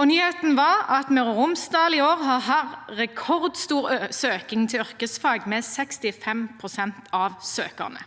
Nyheten var at Møre og Romsdal i år har rekordstor søkning til yrkesfag, med 65 pst. av søkerne.